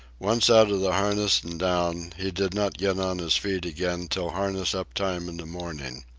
once out of the harness and down, he did not get on his feet again till harness-up time in the morning.